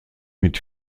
mit